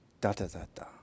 da-da-da-da